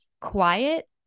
quiet